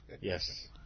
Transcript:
Yes